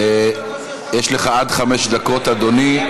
יש לך עד חמש דקות, אדוני.